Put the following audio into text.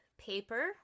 Paper